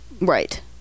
Right